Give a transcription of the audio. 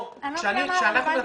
אנחנו עוברים